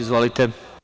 Izvolite.